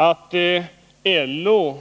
Att LO